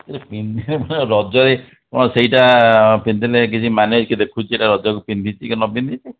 ପିନ୍ଧିଲେ ରଜରେ କ'ଣ ସେଇଟା ପିନ୍ଧିଲେ କିଛି ମାନେ କିଏ ଦେଖୁଛି ଏଇଟା ରଜକୁ ପିନ୍ଧିଛି କି ନ ପିନ୍ଧିଛି